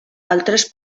altres